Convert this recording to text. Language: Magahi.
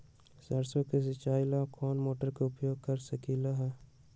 सरसों के सिचाई ला कोंन मोटर के उपयोग कर सकली ह?